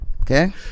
Okay